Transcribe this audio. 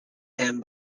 him